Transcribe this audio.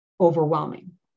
overwhelming